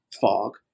fog